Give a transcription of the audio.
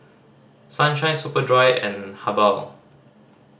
Sunshine Superdry and Habhal